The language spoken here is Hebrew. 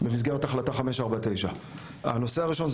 במסגרת החלטה 549. הנושא הראשון,